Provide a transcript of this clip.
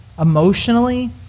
emotionally